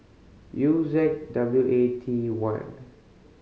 U Z W A T one